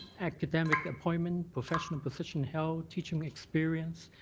academic appointment, professional physician health, teaching experience,